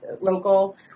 local